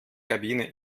kabine